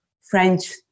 French